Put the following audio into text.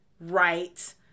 right